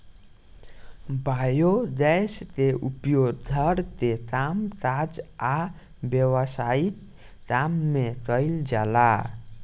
biogas के उपयोग घर के कामकाज आ व्यवसायिक काम में कइल जाला